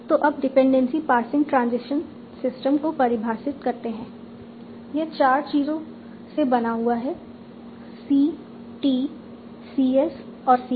तो अब dependency parsing transition system को परिभाषित करते हैं यह चार चीजों से बना हुआ है सी टी सी एस और सी टी